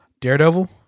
Daredevil